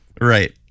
Right